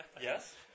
Yes